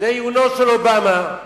לעיונו של אובמה,